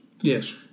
Yes